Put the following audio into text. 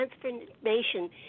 transformation